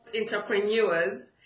entrepreneurs